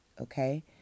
okay